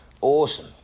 Awesome